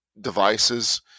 devices